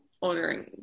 ordering